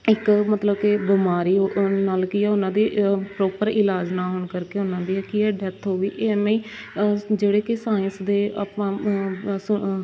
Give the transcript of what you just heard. ਇੱਕ ਮਤਲਬ ਕਿ ਬਿਮਾਰੀ ਨਾਲ ਕੀ ਆ ਉਹਨਾਂ ਦੀ ਪ੍ਰੋਪਰ ਇਲਾਜ ਨਾ ਹੋਣ ਕਰਕੇ ਉਹਨਾਂ ਦੀ ਕੀ ਆ ਡੈਥ ਹੋ ਗਈ ਐਮੇ ਹੀ ਜਿਹੜੇ ਕਿ ਸਾਇੰਸ ਦੇ ਆਪਾਂ ਸੁ